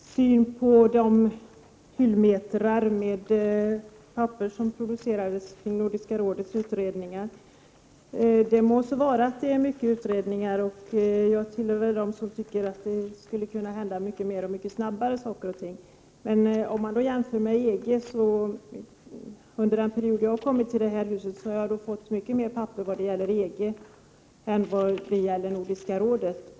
Herr talman! Jag skulle bara vilja kommentera Ingrid Sundbergs syn på de hyllmeter med papper som produceras i samband med Nordiska rådets utredningar. Det må så vara att det är många utredningar, men jag tillhör nog dem som tycker att det skulle kunna hända mycket mer mycket snabbare. Under den period jag har varit i det här huset har jag fått mycket mer papper som gäller EG än som gäller Nordiska rådet.